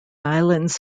islands